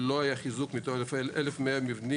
לא היה חיזוק מתוך יותר מ-1,100 מבנים,